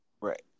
Right